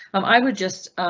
um i would just,